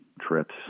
trips